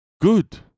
good